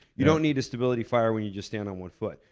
you don't need a stability fire when you just stand on one foot,